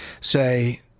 say –